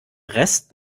rest